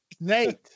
Nate